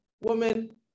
woman